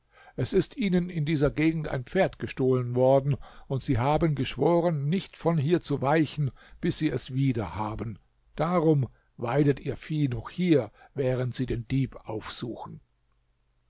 es ist ihnen in dieser gegend ein pferd gestohlen worden und sie haben geschworen nicht von hier zu weichen bis sie es wieder haben darum weidet ihr vieh noch hier während sie den dieb aufsuchen